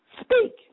Speak